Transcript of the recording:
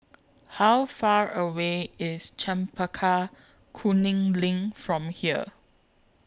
How Far away IS Chempaka Kuning LINK from here